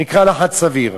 שנקרא לחץ סביר.